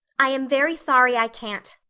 i am very sorry i can't,